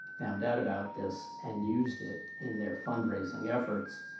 found out about this, and used it in their fundraising efforts.